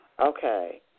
Okay